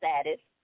status